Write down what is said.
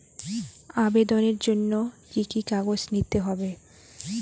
আবেদনের জন্য কি কি কাগজ নিতে হবে?